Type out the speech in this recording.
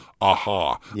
aha